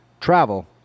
travel